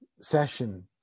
session